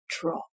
drop